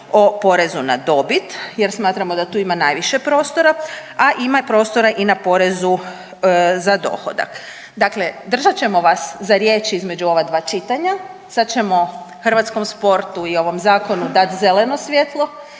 o porezu na dobit jer smatramo da tu ima najviše prostora, a ima prostora i na porezu za dohodak. Dakle držat ćemo vas za riječ između ova dva čitanja, sad ćemo hrvatskom sportu i ovom zakonu dat zeleno svjetlo